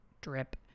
drip